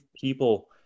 people